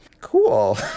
cool